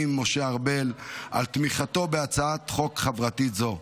משה ארבל על תמיכתו בהצעת חוק חברתית זו.